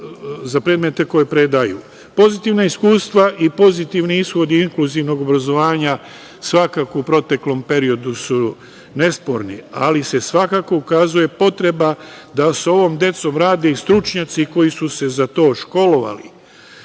Za predmete koje predaju, pozitivna iskustva i pozitivni ishodi inkluzivnog obrazovanja svakako u proteklom periodu su nesporni, ali se svakako ukazuje potreba da sa ovom decom rade i stručnjaci koji su se za to školovali.